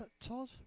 Todd